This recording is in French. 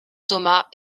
thomas